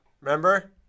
remember